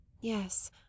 Yes